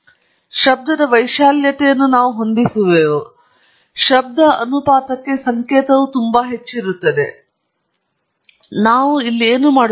ಮತ್ತು ಶಬ್ದದ ವೈಶಾಲ್ಯತೆಯನ್ನು ನಾವು ಹೊಂದಿಸುವೆವು ಶಬ್ದ ಅನುಪಾತಕ್ಕೆ ಸಂಕೇತವು ತುಂಬಾ ಹೆಚ್ಚಿರುತ್ತದೆ ಮತ್ತು ನಾನು ಇಲ್ಲಿ ಏನು ಮಾಡುತ್ತಿದ್ದೇನೆ